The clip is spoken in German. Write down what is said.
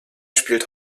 spielt